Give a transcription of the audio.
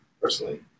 personally